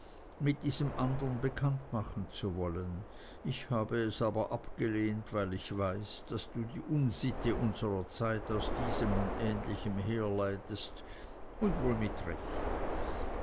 mit diesem anderen bekannt machen zu wollen ich habe es aber abgelehnt weil ich weiß daß du die unsitte unserer zeit aus diesem und ähnlichem herleitest und wohl mit recht